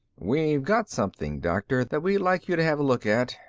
we've got something, doctor, that we'd like you to have a look at.